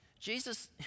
Jesus